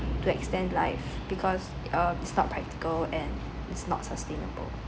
to extend life because uh it's not practical and it's not sustainable